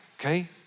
Okay